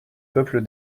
peuple